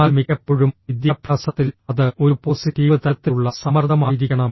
എന്നാൽ മിക്കപ്പോഴും വിദ്യാഭ്യാസത്തിൽ അത് ഒരു പോസിറ്റീവ് തരത്തിലുള്ള സമ്മർദ്ദമായിരിക്കണം